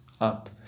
up